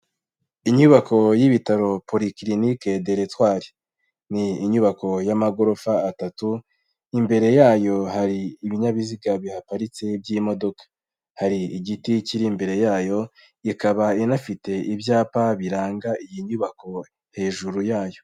Inyubako y'ibitaro porikirinike deretwari, ni inyubako y'amagorofa atatu, imbere yayo hari ibinyabiziga biparitse by'imodoka, hari igiti kiri imbere yayo ikaba inafite ibyapa biranga iyi nyubako hejuru yayo.